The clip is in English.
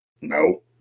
No